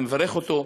אני מברך אותו,